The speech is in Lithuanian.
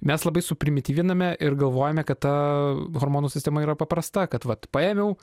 mes labai suprimityviname ir galvojame kad ta hormonų sistema yra paprasta kad vat paėmiau